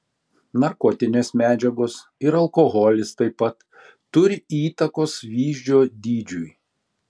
narkotinės medžiagos ir alkoholis taip pat turi įtakos vyzdžio dydžiui